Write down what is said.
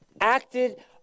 Acted